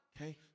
Okay